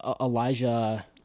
Elijah